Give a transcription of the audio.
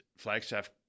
Flagstaff